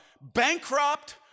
bankrupt